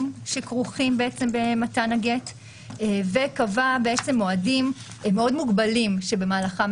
שכרוכים במתן הגט וקבע מועדים מאוד מוגבלים שבמהלכם